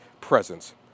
presence